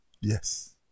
yes